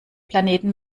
planeten